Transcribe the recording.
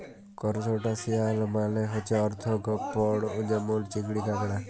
করসটাশিয়াল মালে হছে আর্থ্রপড যেমল চিংড়ি, কাঁকড়া